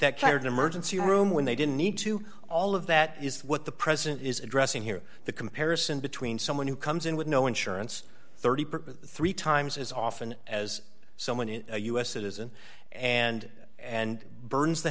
that tired emergency room when they didn't need to all of that is what the president is addressing here the comparison between someone who comes in with no insurance thirty three dollars times as often as someone in a u s citizen and and burns the